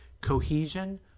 Cohesion